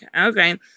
Okay